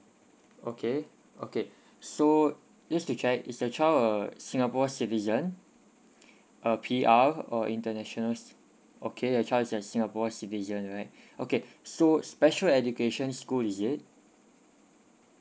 okay okay so just to check is your child a singapore citizen a P_R or international s~ okay your child is a singapore citizen right okay so special education school is it